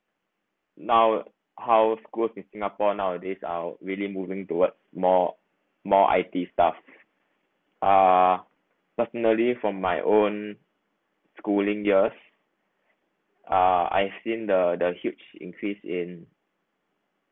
now how schools in singapore nowadays are really moving toward more more I_T stuff uh definitely from my own schooling years uh I've seen the the huge increase in